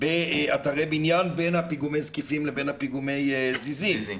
באתרי בניין בין פיגומי זקיפים לבין פיגומי הזיזים.